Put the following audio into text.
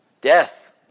Death